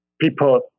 people